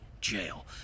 Jail